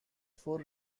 four